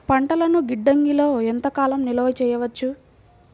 పంటలను గిడ్డంగిలలో ఎంత కాలం నిలవ చెయ్యవచ్చు?